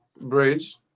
bridge